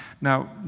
Now